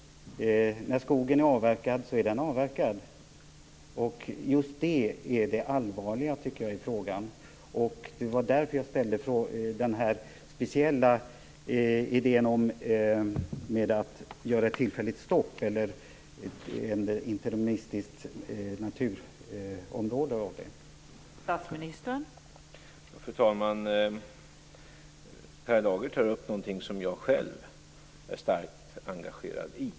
När skogen är avverkad, så är den avverkad. Just detta är det allvarliga, tycker jag. Det var därför som jag framförde den speciella idén om ett tillfälligt stopp eller om ett interimistiskt beslut för att göra naturområden av skyddsvärda skogar.